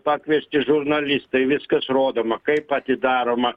pakviesti žurnalistai viskas rodoma kaip atidaroma